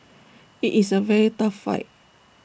IT is A very tough fight